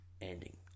ending